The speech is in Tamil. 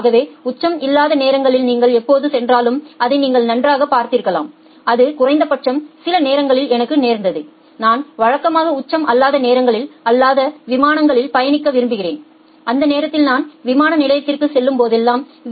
ஆகவே உச்சம் இல்லாத நேரங்களில் நீங்கள் எப்போது சென்றாலும் அதை நீங்கள் நன்றாகப் பார்த்திருக்கலாம் அது குறைந்தபட்சம் சில நேரங்களில் எனக்கு நேர்ந்தது நான் வழக்கமாக உச்சம் அல்லாதநேரங்களில் அல்லாத விமானங்களில் பயணிக்க விரும்புகிறேன் அந்த நேரத்தில் நான் விமான நிலையத்திற்குச் செல்லும் போதெல்லாம் வி